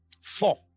Four